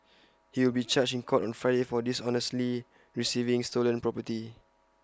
he will be charged in court on Friday for dishonestly receiving stolen property